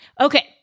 Okay